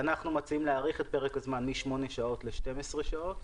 אנחנו מציעים להאריך את פרק הזמן מ-8 שעות ל-12 שעות,